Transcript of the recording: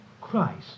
Christ